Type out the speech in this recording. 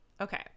Okay